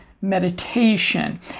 meditation